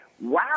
wow